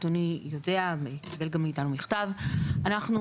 אדוני יודע וגם קיבל מאתנו מכתב על כך.